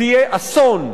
תהיה אסון,